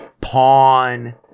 pawn